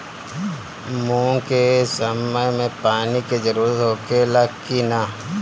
मूंग के समय मे पानी के जरूरत होखे ला कि ना?